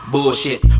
Bullshit